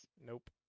Nope